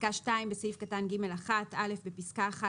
" (2)בסעיף קטן (ג1) (א)בפסקה (1),